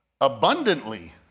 abundantly